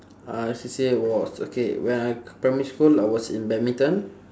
uh C_C_A was okay when I primary school I was in badminton